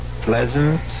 pleasant